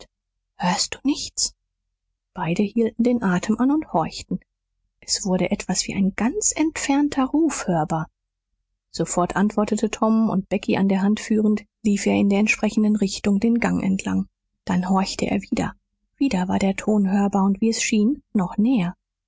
hörst du nichts beide hielten den atem an und horchten es wurde etwas wie ein ganz entfernter ruf hörbar sofort antwortete tom und becky an der hand führend lief er in der entsprechenden richtung den gang entlang dann horchte er wieder wieder war der ton hörbar und wie es schien noch näher